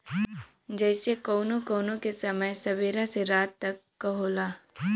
जइसे कउनो कउनो के समय सबेरा से रात तक क होला